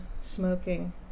smoking